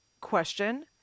question